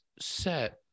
set